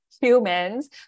humans